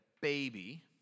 baby